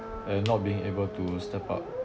and not being able to step up